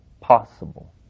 possible